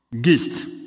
gift